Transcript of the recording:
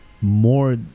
more